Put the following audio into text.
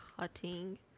cutting